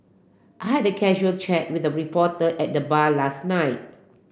I had the casual chat with the reporter at the bar last night